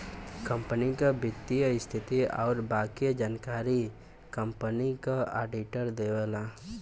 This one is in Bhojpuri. कंपनी क वित्तीय स्थिति आउर बाकी जानकारी कंपनी क आडिटर देवला